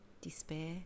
despair